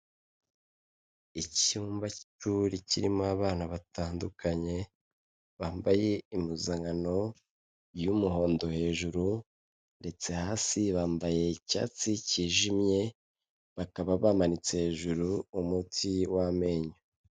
Icyumba cy'ishuri kirimo abana batandukanye, bambaye impuzankano y'umuhondo hejuru, ndetse hasi bambaye icyatsi cyijimye, bakaba bamanitse hejuru umuti w'amenyo.